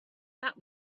that